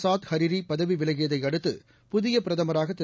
சாத் Hariri பதவி விலகியதை அடுத்து புதிய பிரதமராக திரு